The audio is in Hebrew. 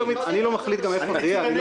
אני לא מחליט איפה זה יהיה,